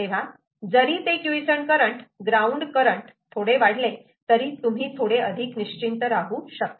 तेव्हा जरी ते क्युईसंट करंट ग्राउंड करंट थोडे वाढले तरी तुम्ही थोडे अधिक निश्चिंत राहू शकतात